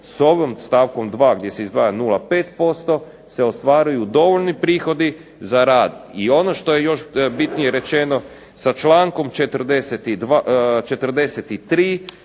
s ovom stavkom 2. gdje se izdvaja 0,5% se ostvaruju dovoljni prihodi za rad. I ono što je još bitnije rečeno sa čl. 43.